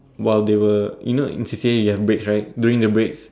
while they were you know in C_C_A there is breaks right during the break